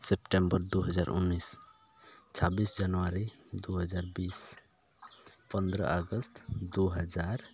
September ᱫᱩ ᱦᱟᱡᱟᱨ ᱩᱱᱤᱥ ᱪᱷᱟᱵᱵᱤᱥ ᱡᱟᱱᱩᱣᱟᱨᱤ ᱫᱩ ᱦᱟᱡᱟᱨ ᱵᱤᱥ ᱯᱚᱸᱫᱽᱨᱚ ᱟᱜᱚᱴ ᱫᱩᱦᱟᱡᱟᱨ